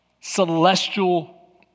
celestial